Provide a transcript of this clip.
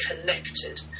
connected